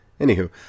Anywho